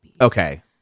okay